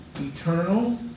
Eternal